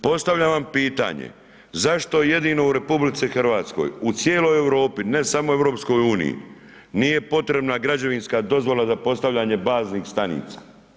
Postavljam vam pitanje, zašto jedino u RH u cijeloj Europi, ne samo EU, nije potrebna građevinska dozvola za postavljanje baznih stanica?